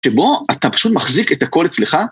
שבו אתה פשוט מחזיק את הכל אצלך.